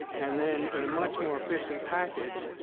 and then, in a much more efficient package,